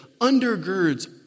undergirds